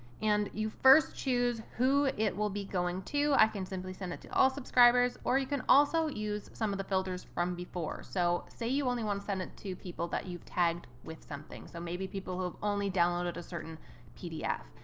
and you first choose who it will be going to i can simply send it to all subscribers, or you can also use some of the filters from before. so say you only want to send it to people that you've tagged with something, so maybe people who've only downloaded a certain pdf.